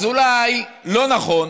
אז אולי לא נכון